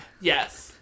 yes